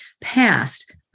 passed